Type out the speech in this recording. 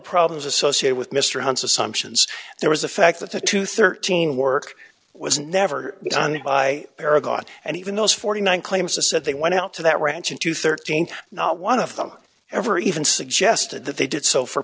problems associated with mr hunt's assumptions there was the fact that the two hundred and thirteen work was never done by paragon and even those forty nine claims to said they went out to that ranch and to thirteen not one of them ever even suggested that they did so for